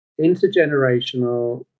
intergenerational